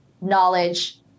knowledge